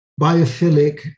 biophilic